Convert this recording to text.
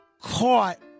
caught